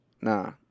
Nah